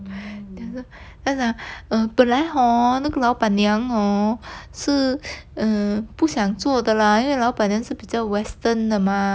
then 他就他就讲 err 本来 hor 那个老板娘 hor 是 err 不想做的啦因为那个老板娘是比较 western 的吗